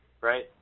right